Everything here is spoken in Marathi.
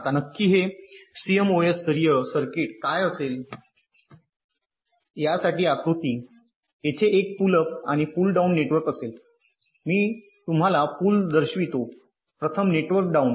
आता नक्की हे सीएमओएस स्तरीय सर्किट काय असेल यासाठी आकृती येथे एक पुल अप आणि पुल डाउन नेटवर्क असेल मी तुम्हाला पुल दर्शवितो प्रथम नेटवर्क डाउन